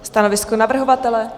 Stanovisko navrhovatele?